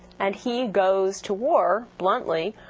and he goes to war, bluntly,